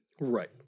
Right